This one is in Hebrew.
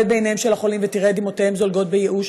הבט בעיניהם של החולים ותראה את דמעותיהם זולגות בייאוש,